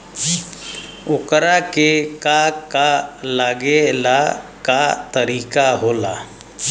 ओकरा के का का लागे ला का तरीका होला?